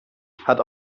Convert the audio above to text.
hat